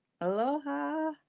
Aloha